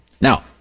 Now